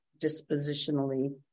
dispositionally